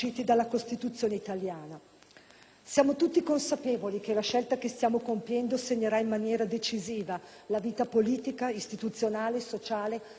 Siamo tutti consapevoli che la scelta che stiamo compiendo segnerà in maniera decisiva la vita politica, istituzionale, sociale ed economica del nostro Paese.